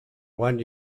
one